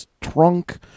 trunk